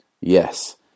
Yes